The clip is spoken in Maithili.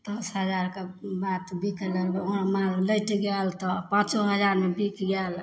दस हजारके बाछी बिकलै ओहो माल लटि गेल तऽ पाँचो हजारमे बिक गेल